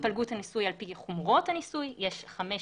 התפלגות הניסוי על פי חומרות הניסוי, יש חמש